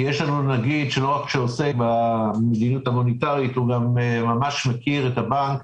יש לנו נגיד שלא רק עוסק במדיניות המוניטרית אלא גם ממש מכיר את הבנק